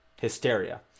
hysteria